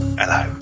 hello